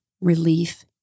relief